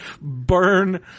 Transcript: burn